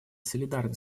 солидарны